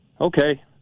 Okay